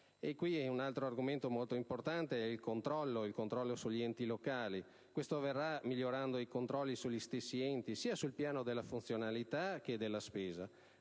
Un altro argomento molto importante è quello del controllo sugli enti locali, che avverrà migliorando i controlli sugli stessi enti sia sul piano della funzionalità, che della spesa.